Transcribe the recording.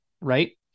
right